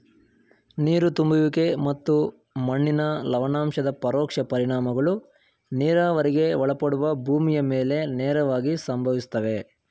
ನೀರು ತುಂಬುವಿಕೆ ಮತ್ತು ಮಣ್ಣಿನ ಲವಣಾಂಶದ ಪರೋಕ್ಷ ಪರಿಣಾಮಗಳು ನೀರಾವರಿಗೆ ಒಳಪಡುವ ಭೂಮಿಯ ಮೇಲೆ ನೇರವಾಗಿ ಸಂಭವಿಸ್ತವೆ